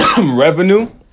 revenue